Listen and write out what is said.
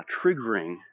triggering